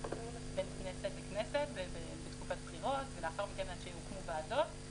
כנסת לכנסת ובתקופת בחירות ולאחר מכן עד שהוקמו ועדות.